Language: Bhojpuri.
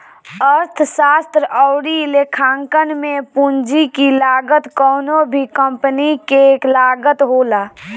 अर्थशास्त्र अउरी लेखांकन में पूंजी की लागत कवनो भी कंपनी के लागत होला